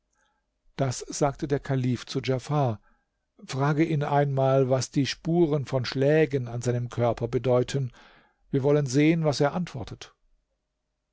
das sagte der kalif zu djafar frage ihn einmal was die spuren von schlägen an seinem körper bedeuten wir wollen sehen was er antwortet